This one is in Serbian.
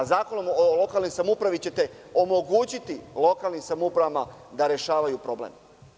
Zakonom o lokalnoj samoupravi ćete omogućiti lokalnim samoupravama da rešavaju problem.